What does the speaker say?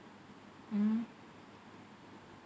mm